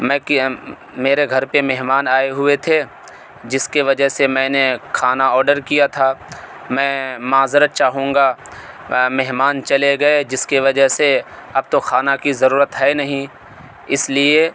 میں میرے گھر پہ مہمان آئے ہوئے تھے جس کے وجہ سے میں نے کھانا آڈر کیا تھا میں معزرت چاہوں گا مہمان چلے گئے جس کے وجہ سے اب تو کھانہ کی ضرورت ہے نہیں اس لیے